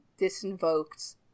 disinvoked